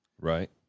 right